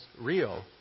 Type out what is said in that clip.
real